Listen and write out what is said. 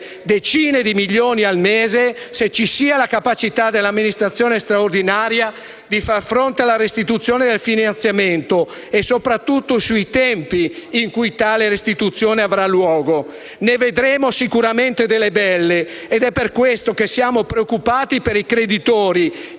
decine di milioni al mese, ci sia la capacità dell'amministrazione straordinaria di far fronte alla restituzione del finanziamento. Ci interroghiamo, inoltre, sui tempi in cui tale restituzione avrà luogo. Ne vedremo sicuramente delle belle ed è per questo che siamo preoccupati per i creditori,